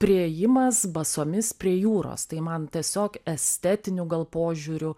priėjimas basomis prie jūros tai man tiesiog estetiniu gal požiūriu